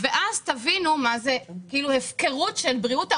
ואז תבינו מה זה הפקרות של בריאות העובדים.